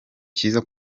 cyiza